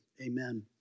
amen